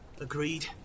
Agreed